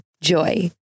JOY